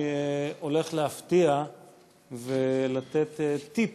אני הולך להפתיע ולתת טיפ,